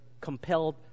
compelled